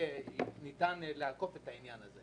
לא נראה לי שניתן לעקוף את העניין הזה.